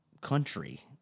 country